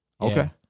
Okay